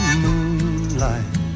moonlight